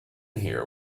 here